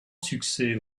succès